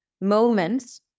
moments